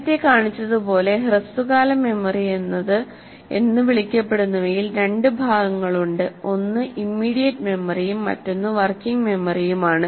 നേരത്തെ കാണിച്ചതുപോലെ ഹ്രസ്വകാല മെമ്മറി എന്ന് വിളിക്കപ്പെടുന്നവയിൽ രണ്ട് ഭാഗങ്ങളുണ്ട് ഒന്ന് ഇമ്മിഡിയറ്റ് മെമ്മറിയും മറ്റൊന്ന് വർക്കിംഗ് മെമ്മറിയുമാണ്